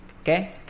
okay